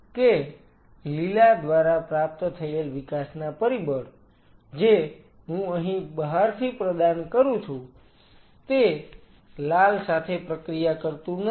કે લીલા દ્વારા પ્રાપ્ત થયેલ વિકાસના પરિબળ જે હું અહીં બહારથી પ્રદાન કરું છું તે લાલ સાથે પ્રક્રિયા કરતું નથી